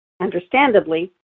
understandably